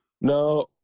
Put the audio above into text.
No